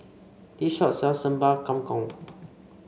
this shop sells Sambal Kangkong